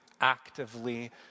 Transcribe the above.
actively